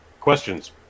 questions